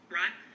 right